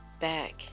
back